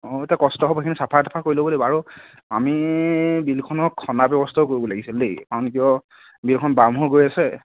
এতিয়া কষ্ট হ'ব চাফা তাফা কৰি ল'ব লাগিব আৰু আমি বিলখনক খন্দাৰ ব্যৱস্থাও কৰিব লাগিছিল দেই কাৰণ কিয় বিলখন বাম হয় গৈ আছে